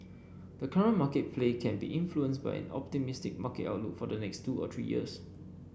the current market play can be influenced by an optimistic market outlook for the next two to three years